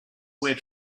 where